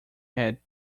had